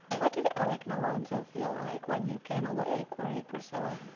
what did alec and alonzo feel like when you came away? queried priscilla.